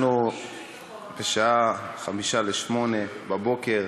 אנחנו בשעה 07:55, בבוקר,